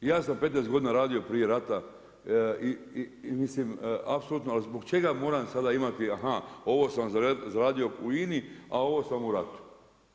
I ja sam 15 godina radio prije rata i mislim, apsolutno, ali zbog čega sada moram imati, a ha, ovo sam zaradio u INA-i a ovo sam u ratu.